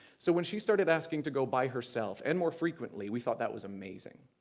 so when she started asking to go by herself and more frequently, we thought that was amazing.